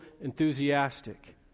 enthusiastic